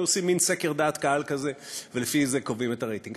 היו עושים מין סקר דעת קהל כזה ולפי זה קובעים את הרייטינג.